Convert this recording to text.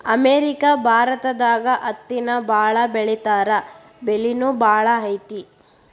America ಭಾರತದಾಗ ಹತ್ತಿನ ಬಾಳ ಬೆಳಿತಾರಾ ಬೆಲಿನು ಬಾಳ ಐತಿ